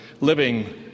Living